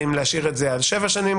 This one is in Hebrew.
האם להשאיר את זה על שבע שנים,